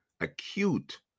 acute